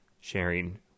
sharing